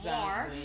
more